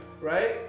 Right